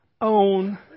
own